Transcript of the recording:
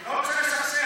לא רוצה לסכסך.